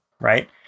right